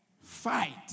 Fight